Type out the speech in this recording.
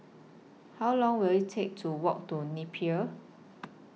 How Long Will IT Take to Walk to Napier